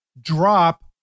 drop